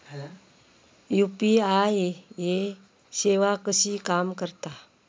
UPI सेवा कशी काम करता?